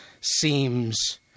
seems